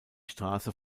straße